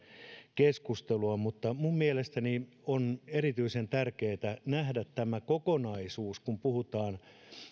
keskustelua mutta minun mielestäni on erityisen tärkeätä nähdä tämä kokonaisuus kun puhutaan